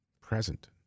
present